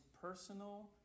personal